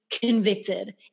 convicted